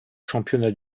championnats